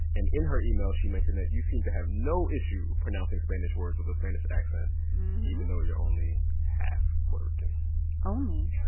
and in her email, she mentioned that you seem to have no issue pronouncing spanish words with a spanish accent even though you're only half puerto rican only?